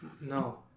No